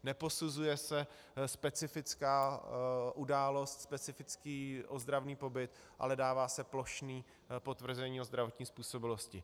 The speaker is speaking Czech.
Neposuzuje se specifická událost, specifický ozdravný pobyt, ale dává se plošné potvrzení o zdravotní způsobilosti.